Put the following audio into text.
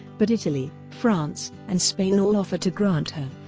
but italy, france, and spain all offered to grant her